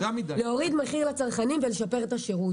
להוריד מחיר לצרכנים ולשפר את השירות.